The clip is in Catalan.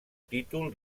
títol